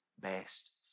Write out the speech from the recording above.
best